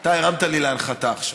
אתה הרמת לי להנחתה עכשיו.